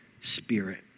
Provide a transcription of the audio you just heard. spirit